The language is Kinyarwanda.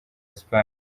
espagne